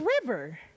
river